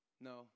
No